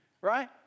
right